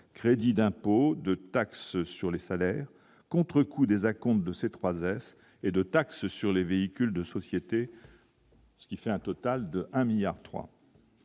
crédit d'impôts, de taxes sur les salaires, contrecoup des acomptes de ces 3 et de taxes sur les véhicules de société. Ce qui fait un total de un